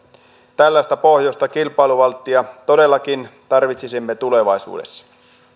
tällaista pohjoista kilpailuvalttia todellakin tarvitsisimme tulevaisuudessa